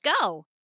go